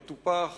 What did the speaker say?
המטופח,